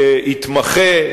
שהתמחה,